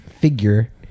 figure